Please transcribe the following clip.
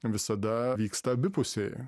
visada vyksta abipusiai